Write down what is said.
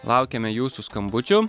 laukiame jūsų skambučių